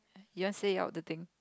you want say out the thing